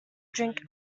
drink